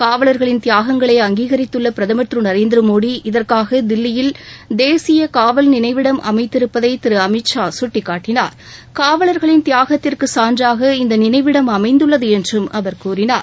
காவலர்களின் தியாகங்களை அங்கீகரித்துள்ள பிரதமர் திரு நரேந்திர மோடி இதற்காக தில்லியில் தேசிய காவல் நினைவிடம் அமைத்திருப்பதை திரு அமித் ஷா சுட்டிக்காட்டினார் காவலர்களின் தியாகத்திற்கு சான்றாக இந்த நினைவிடம் அமைந்துள்ளது என்றும் அவர் கூறினார்